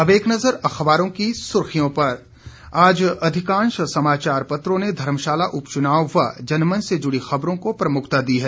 अब एक नजर अखबारों की सर्खियों पर आज अधिकांश समाचार पत्रों ने धर्मशाला उपचुनाव व जनमंच से जुड़ी खबरों को प्रमुखता दी है